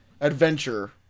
adventure